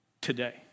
today